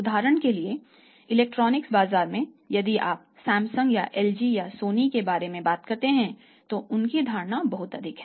उदाहरण के लिए इलेक्ट्रॉनिक्स बाजार में यदि आप सैमसंग या एलजी या सोनी के बारे में बात करते हैं तो उनकी धारणा बहुत अधिक है